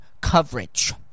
coverage